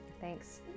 Thanks